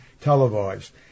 televised